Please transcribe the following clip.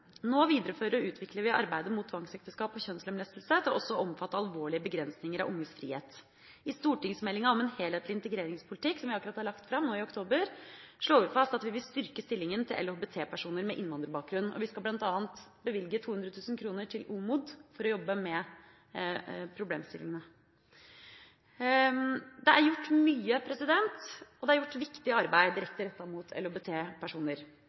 Nå viderefører og utvikler vi arbeidet mot tvangsekteskap og kjønnslemlestelse til også å omfatte alvorlige begrensninger av unges frihet. I stortingsmeldinga om en helhetlig integreringspolitikk som vi la fram nå i oktober, slår vi fast at vi vil styrke stillinga til LHBT-personer med innvandrerbakgrunn. Vi skal bl.a. bevilge 200 000 kr til OMOD, som skal jobbe med problemstillingene. Det er gjort mye og viktig arbeid direkte rettet mot